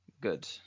Good